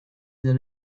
that